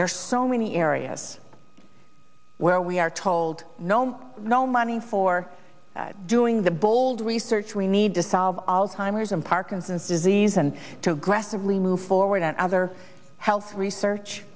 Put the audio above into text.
are so many areas where we are told no no money for doing the bold research we need to solve alzheimer's and parkinson's disease and to aggressively move forward and other health research